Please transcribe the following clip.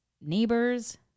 neighbors